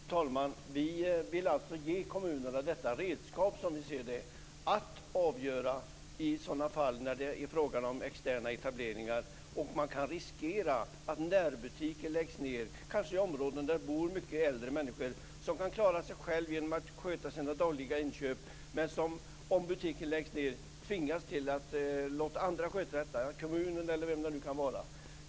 Fru talman! Vi vill ge kommunerna detta redskap, som vi ser det, att avgöra i de fall då det är fråga om externa etableringar och då man kan riskera att närbutiker läggs ned. Det kanske handlar om områden där det bor många äldre människor som kan klara sig själva och klarar sina dagliga inköp men som, om butiken läggs ned, tvingas låta andra sköta inköpen - kommunen eller vem det nu kan vara.